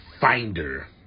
finder